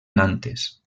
nantes